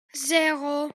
sero